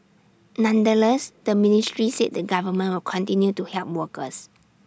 nonetheless the ministry said the government will continue to help workers